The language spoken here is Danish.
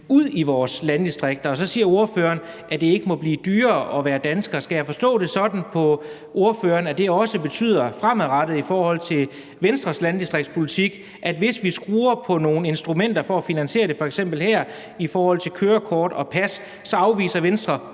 ud i vores landdistrikter. Så siger ordføreren, at det ikke må blive dyrere at være dansker. Skal jeg forstå det sådan på ordføreren, at det også i forhold til Venstres landdistriktspolitik fremadrettet betyder, at hvis vi skruer på nogle instrumenter for at finansiere det, f.eks. her i forhold til kørekort og pas, så afviser Venstre